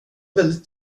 väldigt